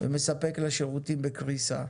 ומספק לה שירותים בקריסה.